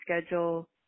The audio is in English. schedule